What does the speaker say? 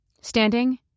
Standing